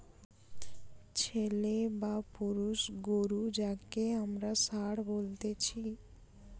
ছেলে বা পুরুষ গরু যাঁকে আমরা ষাঁড় বলতেছি